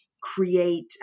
create